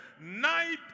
night